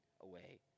away